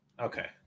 okay